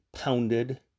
pounded